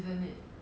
well